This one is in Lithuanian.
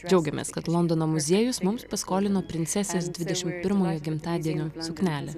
džiaugiamės kad londono muziejus mums paskolino princesės dvidešimt pirmojo gimtadienio suknelę